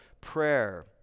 prayer